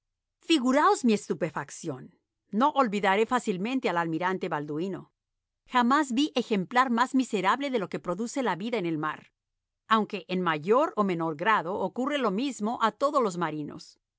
figuraos mi estupefacción no olvidaré fácilmente al almirante balduíno jamás vi ejemplar más miserable de lo que produce la vida en el mar aunque en mayor o menor grado ocurre lo mismo a todos los marinos